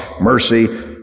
mercy